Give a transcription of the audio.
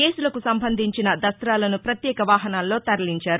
కేసులకు సంబంధించిన ద్వస్తాలను పత్యేక వాహనాల్లో తరలించారు